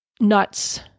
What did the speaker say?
nuts